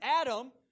Adam